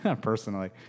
personally